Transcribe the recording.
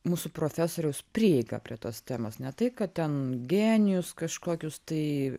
mūsų profesoriaus prieiga prie tos temos ne tai kad ten genijus kažkokius tai